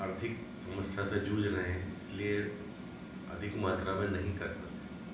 आर्थिक समस्या से जूझ रहे हैं इसलिए अधिक मात्रा में नहीं कर पाते हैं